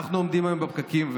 אנחנו עומדים היום בפקקים,